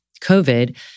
COVID